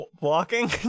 Walking